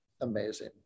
Amazing